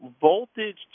voltage